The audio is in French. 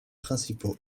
principaux